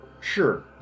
Sure